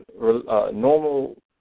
normal –